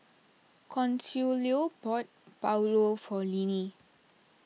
Consuelo bought Pulao for Linnie